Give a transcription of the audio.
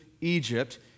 Egypt